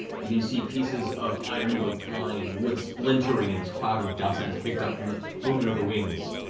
you can see pieces of iron go flying, wood splintering in this cloud of dust that is kicked up from the movement of the wings.